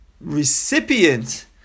recipient